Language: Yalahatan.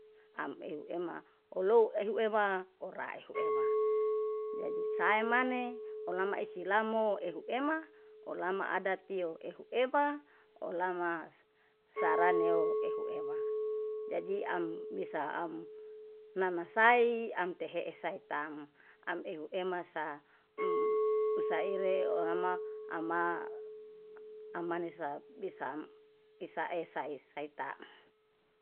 Am ehuema olou ehuema ora ehuema, jaji saemane olama isilamo ehuema oalama adtio ehuema, olama saranieu ehuema. Jaji am mesa am nanasai amtehee saitang. Am ehuema sam saire orama ama ama amanesa bisa sae-sae sataang.